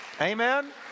Amen